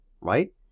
right